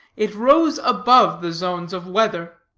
it rose above the zones of weather.